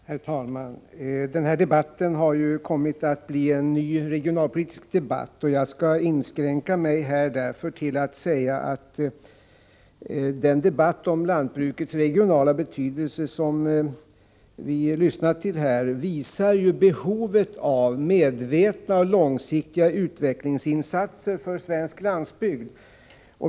Herr talman! Den här debatten har kommit att bli en ny regionalpolitisk debatt, och jag skall därför inskränka mig till att säga att den debatt om lantbrukets regionala betydelse som vi har lyssnat till här visar behovet av medvetna långsiktiga utvecklingsinsatser för svensk landsbygd.